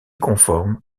conforme